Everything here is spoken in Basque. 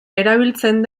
erabiltzen